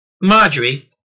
Marjorie